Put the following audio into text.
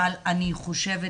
אבל אני חושבת,